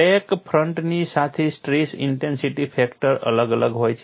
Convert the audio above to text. crack ફ્રન્ટની સાથે stress intensity factor અલગ અલગ હોય છે